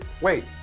Wait